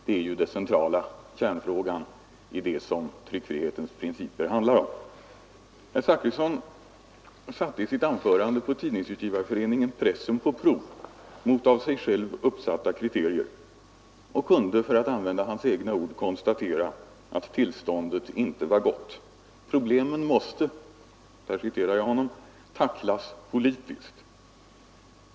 Det är ju kärnfrågan i det som tryckfrihetens principer handlar om. Herr Zachrisson satte i sitt anförande på Tidningsutgivareföreningen pressen på prov mot av sig själv uppställda kriterier och kunde, för att använda hans egna ord, konstatera att tillståndet inte var gott. Problemen måste, sade han, tacklas politiskt.